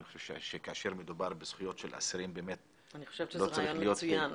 אני חושבת שזה רעיון מצוין.